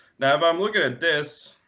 now if i'm looking at this